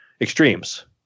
extremes